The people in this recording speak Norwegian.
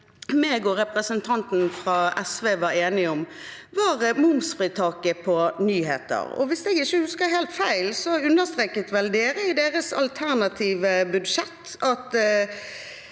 jeg og representanten fra SV var enige om, var momsfritaket på nyheter. Hvis jeg ikke husker helt feil, understreket og påpekte vel SV i sitt alternative budsjett at